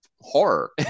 horror